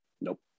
Nope